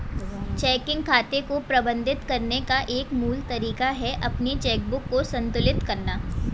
checking खाते को प्रबंधित करने का एक मूल तरीका है अपनी चेकबुक को संतुलित करना